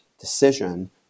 decision